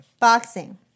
Boxing